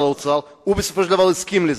הוא בסופו של דבר הסכים לזה.